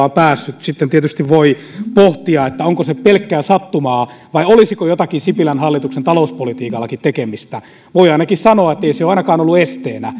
on päässyt sitten tietysti voi pohtia onko se pelkkää sattumaa vai olisiko sipilän hallituksen talouspolitiikallakin jotakin tekemistä voi ainakin sanoa ettei se ole ainakaan ollut esteenä